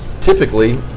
typically